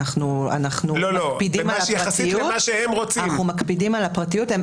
אנחנו מקפידים על הפרטיות.